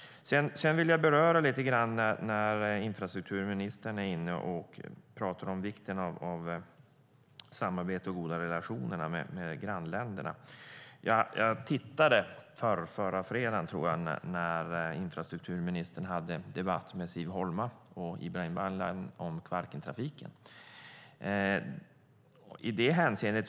Infrastrukturministern talade om vikten av samarbete och goda relationer med våra grannländer. Jag tittade förrförra fredagen när infrastrukturministern debatterade Kvarkentrafiken med Siv Holma och Ibrahim Baylan.